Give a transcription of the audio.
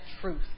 truth